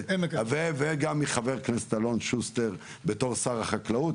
וגם מחבר כנסת אלון שוסטר בתור שר החקלאות